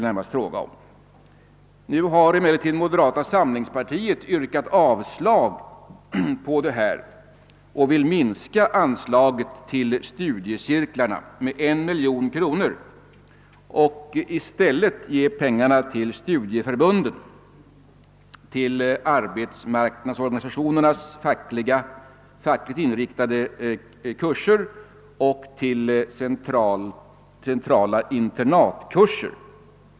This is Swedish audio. Nu har emellertid moderata samlingspartiet yrkat avslag på detta och vill minska anslaget till studiecirklarna med en miljon kronor. I stället vill man ge pengarna till studieförbunden, till arbetsmarknadsorganisationernas fackligt inriktade kurser och till centrala internatkurser.